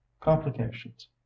complications